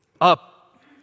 up